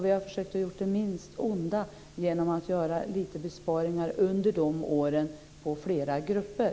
Vi har försökt att göra det minst onda genom att göra lite besparingar på flera grupper under de åren.